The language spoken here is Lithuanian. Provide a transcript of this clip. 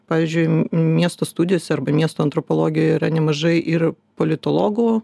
pavyzdžiui mm miesto studijose arba miesto antropologijoje yra nemažai ir politologų